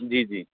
ਜੀ ਜੀ